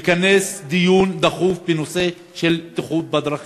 לכנס דיון דחוף בנושא הבטיחות בדרכים.